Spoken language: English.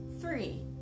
three